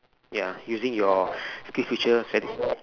ya using your skills future credit